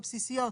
הבסיסיות,